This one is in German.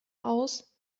aus